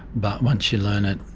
but once you learn it,